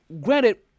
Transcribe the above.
granted